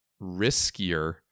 riskier